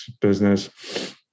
business